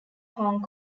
hong